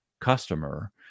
customer